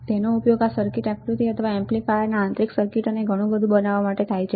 તેનો ઉપયોગ આ સર્કિટ આકૃતિ અથવા એમ્પ્લીફાયરના આંતરિક સર્કિટ અને ઘણું બધું બનાવવા માટે થાય છે